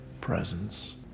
presence